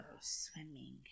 swimming